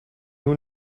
who